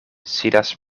sidas